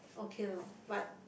okay loh but